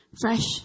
fresh